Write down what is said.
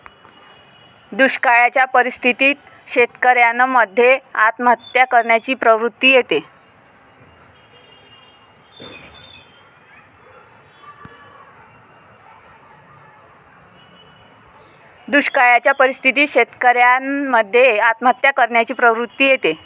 दुष्काळयाच्या परिस्थितीत शेतकऱ्यान मध्ये आत्महत्या करण्याची प्रवृत्ति येते